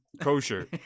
Kosher